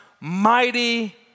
Mighty